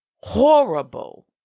horrible